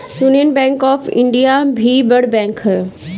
union Bank of India भी बड़ bank हअ